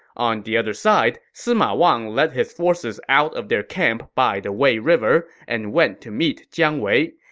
on the other side, sima wang led his forces out of their camp by the wei river and went to meet jiang wei.